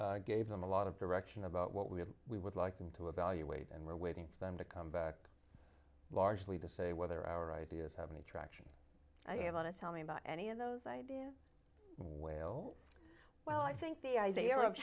gave them a lot of direction about what we we would like them to evaluate and we're waiting for them to come back largely to say whether our ideas have any traction i want to tell me about any of those ideas whale well i think they ar